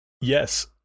yes